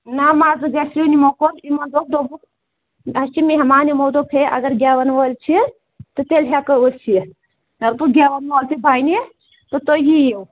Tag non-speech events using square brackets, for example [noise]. نہ مَزٕ گژھِ یُن یِمو کوٚر یِمو دوٚپ دوٚپُکھ اَسہِ چھِ مہمان یِمو دوٚپ ہے اگر گٮ۪وَن وٲلۍ چھِ تہٕ تیٚلہِ ہٮ۪کو أسۍ یِتھ [unintelligible] گٮ۪وَن وٲلۍ تہِ بَنہِ تہٕ تُہۍ یِیِو